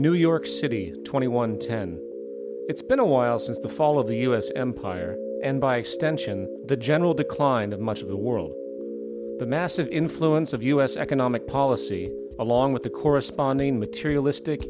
new york city twenty one ten it's been a while since the fall of the us empire and by extension the general decline of much of the world the massive influence of u s economic policy along with the corresponding materialistic